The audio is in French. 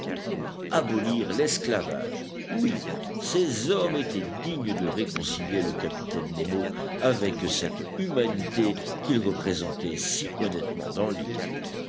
pour abolir l'esclavage oui ces hommes étaient dignes de réconcilier le capitaine nemo avec cette humanité qu'ils représentaient si honnêtement dans l'île